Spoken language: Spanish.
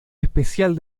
especial